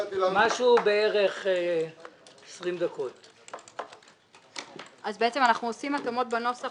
13:25) בעצם אנחנו נעשה התאמה של הנוסח